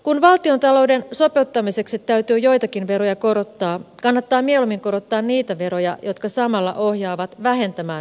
kun valtiontalouden sopeuttamiseksi täytyy joitakin veroja korottaa kannattaa mieluummin korottaa niitä veroja jotka samalla ohjaavat vähentämään ympäristökuormitusta